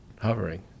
hovering